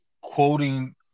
quoting